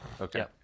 Okay